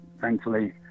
thankfully